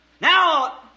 Now